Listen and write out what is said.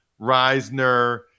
Reisner